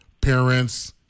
parents